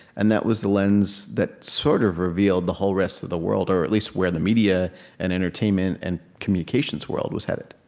and that was the lens that sort of revealed the whole rest of the world, or at least where the media and entertainment and communications world was headed